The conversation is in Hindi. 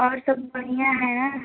और सब बढ़िया है ना